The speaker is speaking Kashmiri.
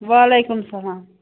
وعلیکُم السلام